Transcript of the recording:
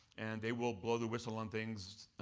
and they will blow the whistle on things.